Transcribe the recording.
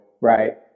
right